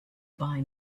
buy